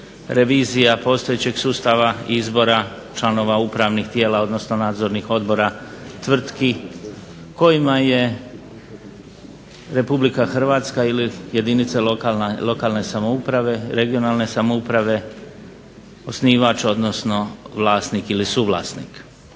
revizija postojećeg sustava izbora članova upravnih tijela, odnosno nadzornih odbora tvrtki kojima je Republika Hrvatska ili jedinice lokalne samouprave, regionalne samouprave osnivač odnosno vlasnik ili suvlasnik.